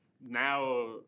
now